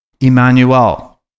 Emmanuel